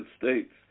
States